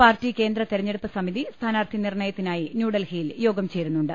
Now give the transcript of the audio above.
party കേന്ദ്ര തെരഞ്ഞെടുപ്പ് സമിതി സ്ഥാനാർത്ഥി നിർണയത്തിനായി ന്യൂഡൽഹിയിൽ യോഗം ചേരുന്നുണ്ട്